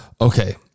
Okay